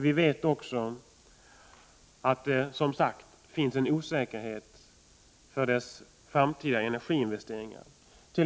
Vi vet också att det, som sagt, finns en osäkerhet i fråga om industrins framtida energiinvesteringar.